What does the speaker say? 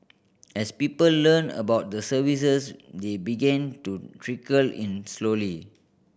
as people learnt about the services they began to trickle in slowly